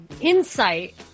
insight